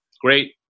Great